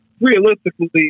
realistically